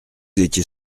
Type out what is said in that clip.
étiez